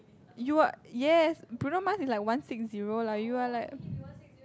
you are yes Bruno-Mars is like one six zero lah you are like